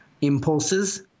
impulses